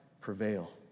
prevail